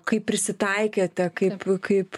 kaip prisitaikėte kaip kaip